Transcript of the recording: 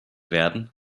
werden